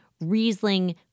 Riesling